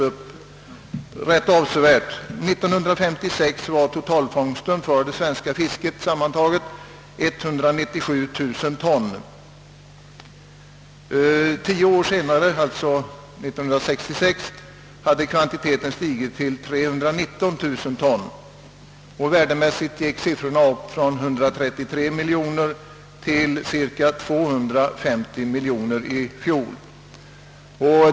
År 1956 var totalfångsten för det svenska fisket 197 000 ton. Tio år senare, alltså 1966 hade kvantiteten stigit till 319 000 ton, och värdemässigt gick under samma tid siffrorna upp från 133 miljoner kronor till cirka 250 miljoner.